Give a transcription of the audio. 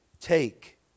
take